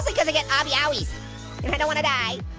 because i get obby owie's, and i don't wanna die.